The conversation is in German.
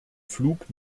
flug